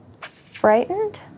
frightened